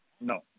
no